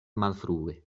malfrue